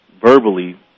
verbally